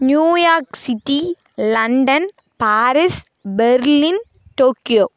New York city London Paris Berlin Tokyo